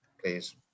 please